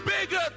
bigger